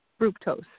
fructose